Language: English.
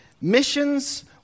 missions